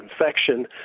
infection